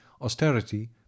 austerity